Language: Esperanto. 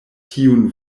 tiun